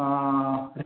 on okay